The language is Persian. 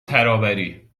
ترابری